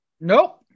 Nope